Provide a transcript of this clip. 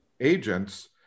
Agents